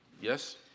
Yes